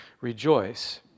rejoice